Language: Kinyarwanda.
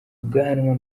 ubwanwa